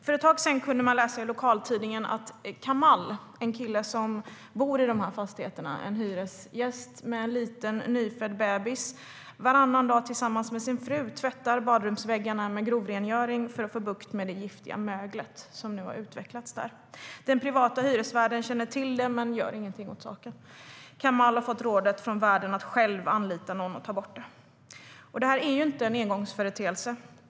För ett tag sedan kunde man läsa i lokaltidningen att Kamal, en kille som bor i en av de här fastigheterna, en hyresgäst med en nyfödd bebis, varannan dag tillsammans med sin fru tvättar badrumsväggarna med grovrengöring för att få bukt med det giftiga möglet som nu har utvecklats där. Den privata hyresvärden känner till det men gör ingenting åt saken. Kamal har fått rådet från värden att själv anlita någon för att ta bort det. Det här är inte en engångsföreteelse.